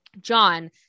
John